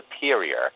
superior